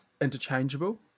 interchangeable